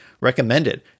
recommended